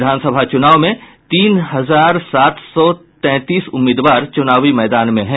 विधानसभा चुनाव में तीन हजार सात सौ तैंतीस उम्मीदवार चुनावी मैदान में हैं